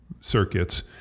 Circuits